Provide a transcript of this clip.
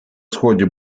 сході